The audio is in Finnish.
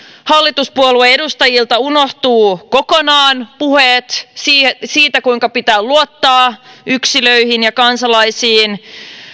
hallituspuolueiden edustajilta unohtuvat kokonaan puheet siitä kuinka pitää luottaa yksilöihin ja kansalaisiin